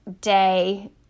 day